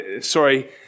Sorry